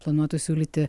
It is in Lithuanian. planuotų siūlyti